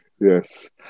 Yes